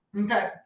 okay